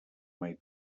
mai